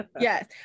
yes